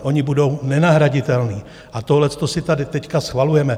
Oni budou nenahraditelní a tohleto si tady teď schvalujeme.